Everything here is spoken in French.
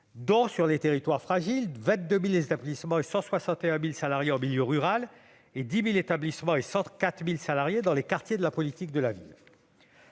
Dans les territoires fragiles, elle représente 22 000 établissements et 161 000 salariés en milieu rural, ainsi que 10 000 établissements et 104 000 salariés dans les quartiers de la politique de la ville.